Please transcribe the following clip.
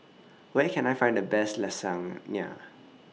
Where Can I Find The Best Lasagne